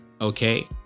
okay